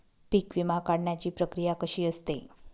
पीक विमा काढण्याची प्रक्रिया कशी असते?